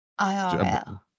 IRL